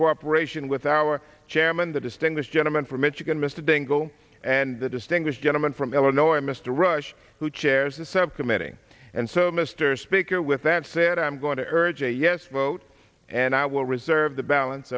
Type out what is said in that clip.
cooperation with our chairman the distinguished gentleman from michigan mr dingell and the distinguished gentleman from illinois mr rush who chairs the subcommittee and so mr speaker with that said i'm going to urge a yes vote and i will reserve the balance